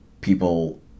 people